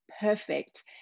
perfect